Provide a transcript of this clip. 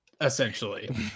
essentially